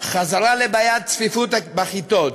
חזרה לבעיית הצפיפות בכיתות,